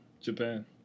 Japan